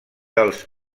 dels